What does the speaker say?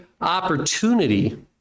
opportunity